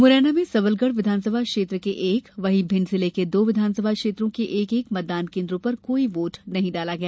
मुरैना में सबलगढ विघानसभा क्षेत्र के एक वहीं भिण्ड के दो विधानसभा क्षेत्रों के एक एक मतदान केन्द्रों पर कोई वोट नहीं डाला गया